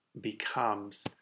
becomes